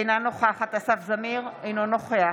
אינה נוכחת אסף זמיר, אינו נוכח